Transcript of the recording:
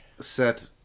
set